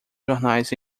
jornais